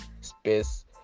space